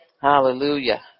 Hallelujah